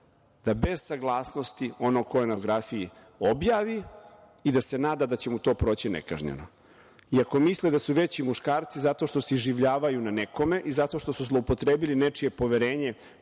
da bez saglasnosti onog ko je na fotografiji objavi i da se nada da će mu to proći nekažnjeno. Ako misle da su veći muškarci zato što se iživljavaju na nekome i zato što su zloupotrebili nečije poverenje,